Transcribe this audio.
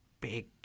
big